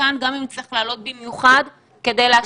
כאן גם אם צריך לעלות במיוחד כדי לאשר את זה.